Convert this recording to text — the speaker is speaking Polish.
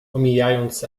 omijając